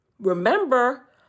Remember